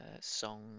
song